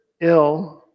ill